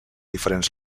diferents